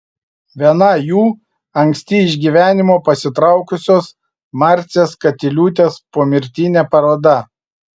viena jų anksti iš gyvenimo pasitraukusios marcės katiliūtės pomirtinė paroda